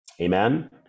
amen